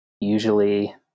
usually